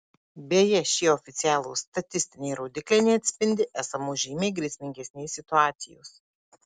beje šie oficialūs statistiniai rodikliai neatspindi esamos žymiai grėsmingesnės situacijos